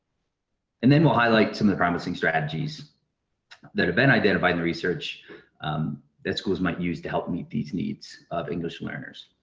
and then we'll highlight some of the promising strategies that have been identified in research that schools might use to help meet these needs of english learners.